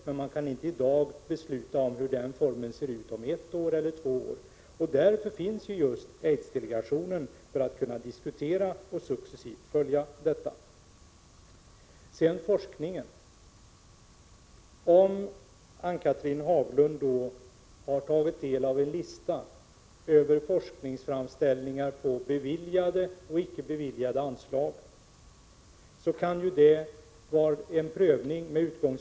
Men det är omöjligt att i dag besluta om hur utformningen skall vara om ett eller två år. Därför finns just aidsdelegationen, som skall diskutera och successivt följa upp detta arbete. Sedan något om forskningen. Ann-Cathrine Haglund har tagit del av en lista över beviljade och icke beviljade anslag när det gäller forskningsframställningar.